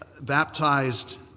baptized